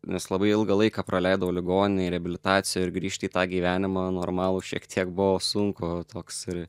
nes labai ilgą laiką praleidau ligoninėj reabilitacijoj ir grįžti į tą gyvenimą normalų šiek tiek buvo sunku toks ir